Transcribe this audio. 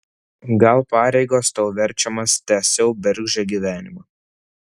gal pareigos tau verčiamas tęsiau bergždžią gyvenimą